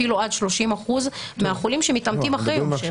אפילו עד 30% מהחולים שמתאמתים אחרי היום השביעי.